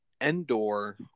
Endor